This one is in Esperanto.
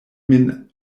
min